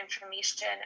information